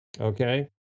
Okay